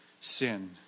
sin